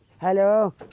Hello